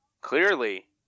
Clearly